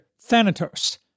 thanatos